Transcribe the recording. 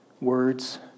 words